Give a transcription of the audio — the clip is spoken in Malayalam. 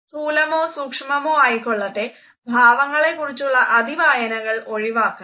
സ്ഥൂലമോ സൂക്ഷ്മമോ ആയിക്കൊള്ളട്ടെ ഭാവങ്ങളെക്കുറിച്ചുള്ള അതിവായനകൾ ഒഴിവാക്കണം